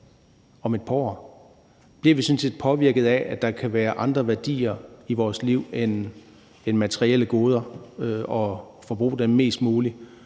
om et par år? Bliver vi påvirket af, at der kan være andre værdier i vores liv end materielle goder og forbrug af mest muligt